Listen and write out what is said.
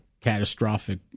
catastrophic